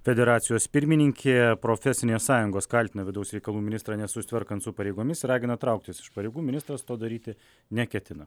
federacijos pirmininkė profesinės sąjungos kaltina vidaus reikalų ministrą nesusitvarkant su pareigomis ir ragina trauktis iš pareigų ministras to daryti neketina